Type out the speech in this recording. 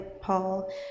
Paul